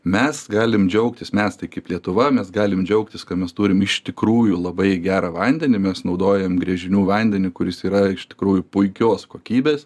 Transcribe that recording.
mes galim džiaugtis mes tai kaip lietuva mes galim džiaugtis ka mes turim iš tikrųjų labai gerą vandenį mes naudojam gręžinių vandenį kuris yra iš tikrųjų puikios kokybės